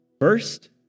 First